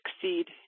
succeed